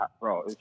bro